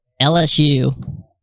LSU